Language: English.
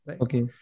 Okay